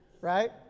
right